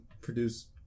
produce